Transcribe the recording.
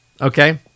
okay